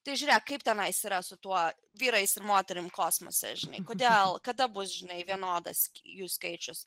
tai žiūrėk kaip tenais yra su tuo vyrais ir moterim kosmose žinai kodėl kada bus žinai vienodas jų skaičius